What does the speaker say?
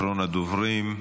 אחרון הדוברים,